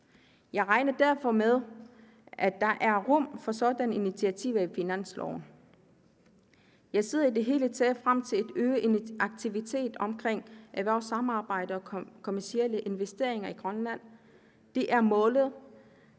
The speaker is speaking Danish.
Jeg regner derfor med, at der er rum for sådanne initiativer i finansloven. Jeg ser i det hele taget frem til øget aktivitet om erhvervssamarbejde og kommercielle investeringer i Grønland. Det er målet,